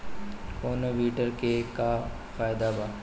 कौनो वीडर के का फायदा बा?